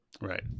Right